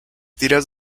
tiras